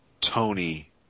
tony